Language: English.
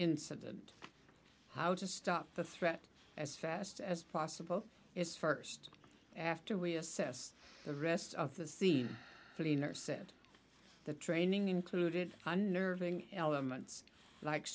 incident how to stop the threat as fast as possible is first after we assess the rest of the scene to intercept the training included under being elements like